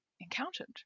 encountered